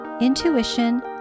intuition